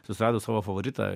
susiradus savo favoritą